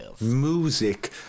Music